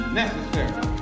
necessary